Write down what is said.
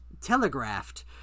telegraphed